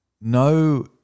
No